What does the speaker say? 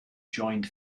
joined